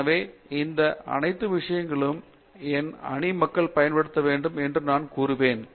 எனவே இந்த அனைத்து விஷயங்கள் என் அணி மக்கள் பயன்படுத்த வேண்டும் என்று நான் கூறுவேன்